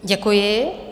Děkuji.